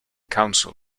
counsel